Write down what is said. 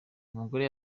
umugore